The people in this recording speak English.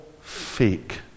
fake